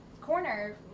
corner